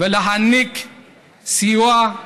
ולהעניק סיוע,